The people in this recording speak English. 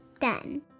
done